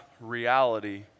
reality